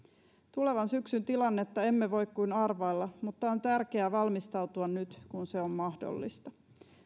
tulevan syksyn tilannetta emme voi kuin arvailla mutta on tärkeää valmistautua nyt kun se on mahdollista